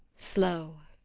slow.